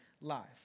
life